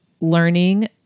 learning